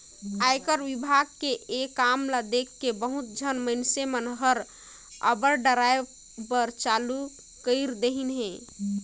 आयकर विभाग के ये काम ल देखके बहुत झन मइनसे मन हर अब डराय बर चालू कइर देहिन हे